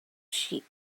sheep